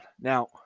Now